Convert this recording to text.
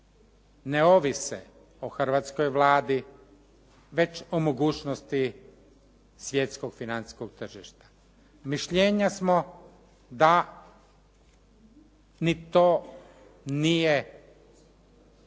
ne ovise o hrvatskoj Vladi već o mogućnosti svjetskog financijskog tržišta. Mišljenja smo da ni to nije